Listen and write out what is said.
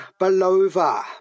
Belova